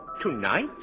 Tonight